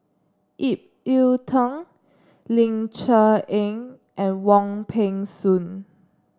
Ip Yiu Tung Ling Cher Eng and Wong Peng Soon